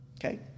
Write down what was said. Okay